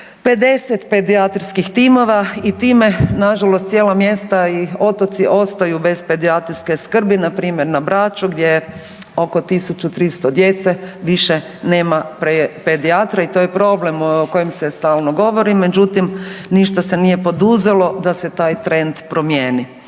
50 pedijatrijskih timova i time na žalost cijela mjesta i otoci ostaju bez pedijatrijske skrbi. Na primjer na Braču gdje je oko tisuću 300 djece više nema pedijatra i to je problem o kojem se stalno govori. Međutim, ništa se nije poduzelo da se taj trend promijeni.